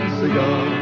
cigar